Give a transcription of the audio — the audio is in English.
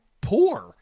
poor